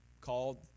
called